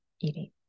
eating